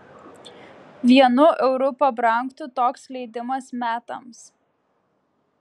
vienu euru pabrangtų toks leidimas metams